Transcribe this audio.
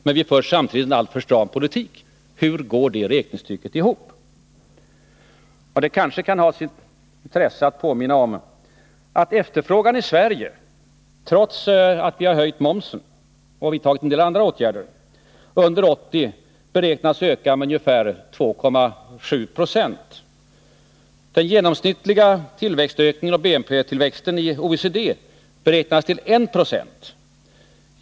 Hur går — statsverksamheten, det räknestycket ihop? m.m. BNP-tillväxten i OECD beräknas till I 96.